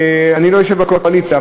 אני לא יושב בקואליציה,